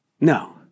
No